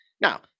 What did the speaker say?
Now